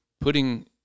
Putting